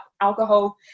alcohol